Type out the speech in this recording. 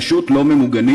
פשוט לא ממוגנים,